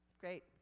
Great